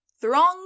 Throng